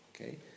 okay